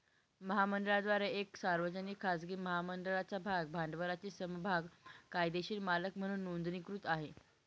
महामंडळाद्वारे एक सार्वजनिक, खाजगी महामंडळाच्या भाग भांडवलाचे समभाग कायदेशीर मालक म्हणून नोंदणीकृत आहे